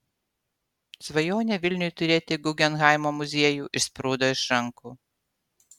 svajonė vilniui turėti guggenheimo muziejų išsprūdo iš rankų